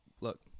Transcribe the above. look